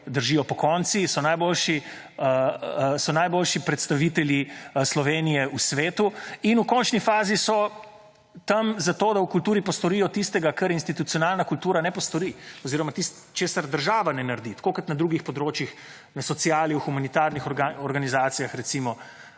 držijo pokonci, so najboljši predstavitelji Slovenije v svetu in v končni fazi so tam zato, da v kulturi postorijo tistega, kar institucionalna kultura ne postori oziroma tisto, česar država ne naredi, tako kot na drugih področjih, na sociali, v humanitarnih organizacijah, recimo,